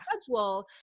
schedule